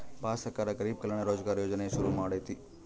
ಭಾರತ ಸರ್ಕಾರ ಗರಿಬ್ ಕಲ್ಯಾಣ ರೋಜ್ಗರ್ ಯೋಜನೆನ ಶುರು ಮಾಡೈತೀ